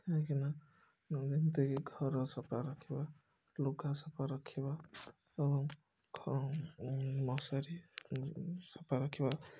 କାହିଁକିନା ଯେମିତିକି ଘର ସଫା ରଖିବା ଲୁଗା ସଫା ରଖିବା ଆଉ ମଶାରୀ ସଫା ରଖିବା